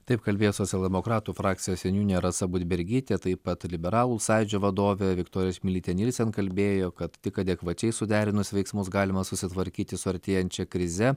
taip kalbėjo socialdemokratų frakcijos seniūnė rasa budbergytė taip pat liberalų sąjūdžio vadovė viktorija čmilytė nylsen kalbėjo kad tik adekvačiai suderinus veiksmus galima susitvarkyti su artėjančia krize